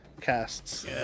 casts